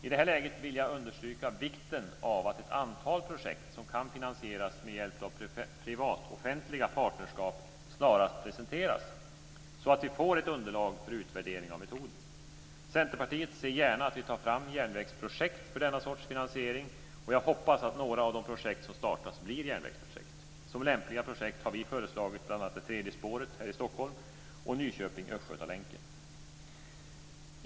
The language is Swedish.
I detta läge vill jag understryka vikten av att ett antal projekt som kan finansieras med hjälp av partnerskap mellan privata och offentliga intressen snarast presenteras, så att vi får ett underlag för utvärdering av metoden. Centerpartiet ser gärna att vi tar fram järnvägsprojekt för denna sorts finansiering, och jag hoppas att några av de projekt som startas blir järnvägsprojekt. Som lämpliga projekt har vi föreslagit bl.a. det tredje spåret här i Stockholm och Nyköping/Östgötalänken.